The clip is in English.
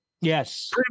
Yes